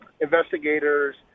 investigators